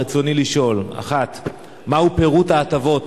רצוני לשאול: 1. מה הוא פירוט ההטבות